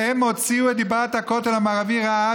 והם הוציאו את דיבת הכותל המערבי רעה,